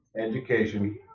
education